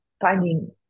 finding